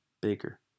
Baker